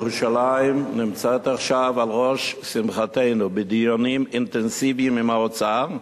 ירושלים נמצאת עכשיו על ראש שמחתנו בדיונים אינטנסיביים עם האוצר,